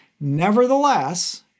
Nevertheless